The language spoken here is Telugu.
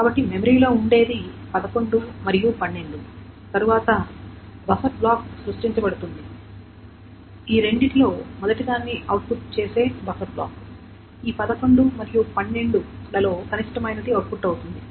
కాబట్టి మెమరీలో ఉండేది 11 మరియు 12 తరువాత బఫర్ బ్లాక్ సృష్టించబడుతుంది ఈ రెండింటిలో మొదటిదాన్ని అవుట్పుట్ చేసే బఫర్ బ్లాక్ ఈ 11 మరియు 12 లలో కనిష్ఠమైది అవుట్పుట్ అవుతుంది